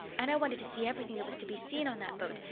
and i wanted to see everything that was to be seen on that boat,